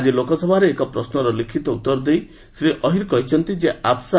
ଆକି ଲୋକସଭାରେ ଏକ ପ୍ରଶ୍ନର ଲିଖିତ ଉତ୍ତର ଦେଇ ଶ୍ରୀ ଅହିର କହିଛନ୍ତି ଯେ ଆଫସ୍